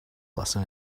lesson